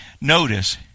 notice